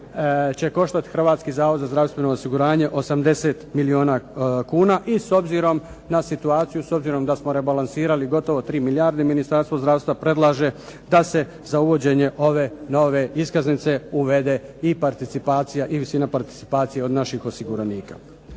će koštati Hrvatski zavod za zdravstveno osiguranje 80 milijuna kuna i s obzirom na situaciju, s obzirom da smo rebalansirali gotovo 3 milijarde, Ministarstvo zdravstva predlaže da se za uvođenje ove nove iskaznice uvede i participacija i visina participacije od naših osiguranika.